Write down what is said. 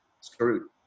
screwed